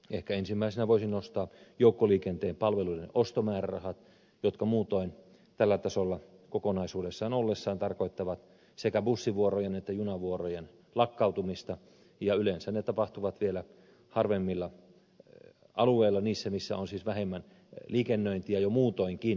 ehkä ensimmäisenä voisin nostaa joukkoliikenteen palveluiden ostomäärärahat jotka muutoin tällä tasolla kokonaisuudessaan ollessaan tarkoittavat sekä bussivuorojen että junavuorojen lakkautumista ja yleensä ne tapahtuvat vielä harvaanasutummilla alueilla missä on siis vähemmän liikennöintiä jo muutoinkin